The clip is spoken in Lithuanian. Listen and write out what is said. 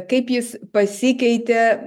kaip jis pasikeitė